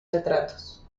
retratos